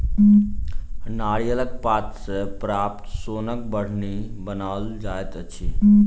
नारियलक पात सॅ प्राप्त सोनक बाढ़नि बनाओल जाइत अछि